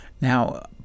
Now